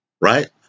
Right